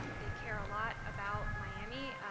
um they care a lot about miami.